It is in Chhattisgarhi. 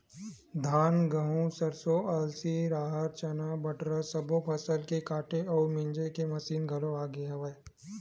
धान, गहूँ, सरसो, अलसी, राहर, चना, बटरा सब्बो फसल के काटे अउ मिजे के मसीन घलोक आ गे हवय